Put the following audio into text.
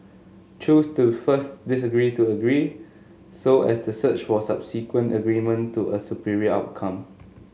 choose to first disagree to agree so as to search for subsequent agreement to a superior outcome